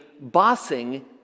Bossing